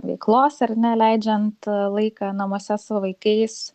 veiklos ar ne leidžiant laiką namuose su vaikais